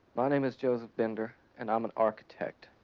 my name is joseph binder and i'm an architect.